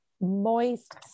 moist